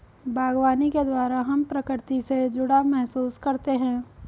बागवानी के द्वारा हम प्रकृति से जुड़ाव महसूस करते हैं